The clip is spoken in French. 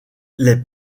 les